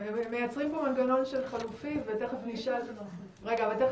מייצרים פה מנגנון חלופי ותכף נשאל את